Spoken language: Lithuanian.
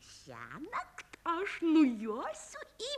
šiąnakt aš nujosiu į